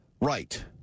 Right